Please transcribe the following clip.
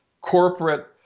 corporate